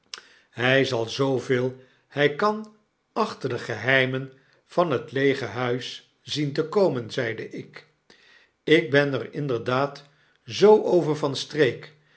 hy zal zooveel hy kan achter degeheimen van het leege huis zien te komen zeide ik ik ben er inderdaad zoo over van streek